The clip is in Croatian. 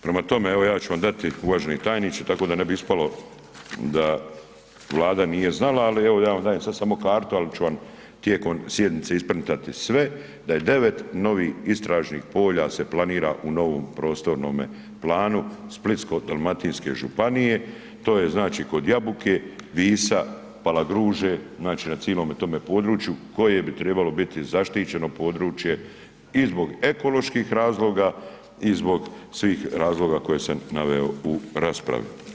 Prema tome, evo ja ću vam dati uvaženi tajniče tako da ne bi ispalo da Vlada nije znala, ali evo ja vam dajem sada samo kartu, ali ću vam tijekom sjednice isprintati sve da je devet novih istražnih polja se planira u novom prostornom planu Splitsko-dalmatinske županije, to je znači kod Jabuke Visa, Palagruže na cilome tome području koje bi tribalo biti zaštićeno područje i zbog ekoloških razloga i zbog svih razloga koje sam naveo u raspravi.